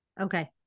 Okay